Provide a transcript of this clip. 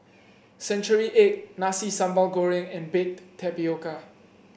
Century Egg Nasi Sambal Goreng and Baked Tapioca